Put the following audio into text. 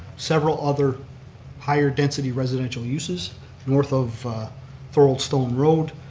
several other higher density residential uses north of thorold stone road,